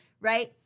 right